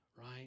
Right